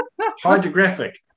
hydrographic